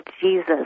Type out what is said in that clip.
Jesus